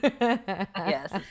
Yes